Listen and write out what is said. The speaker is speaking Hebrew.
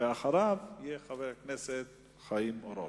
ואחריו יהיה חבר הכנסת חיים אורון.